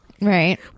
Right